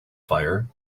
fire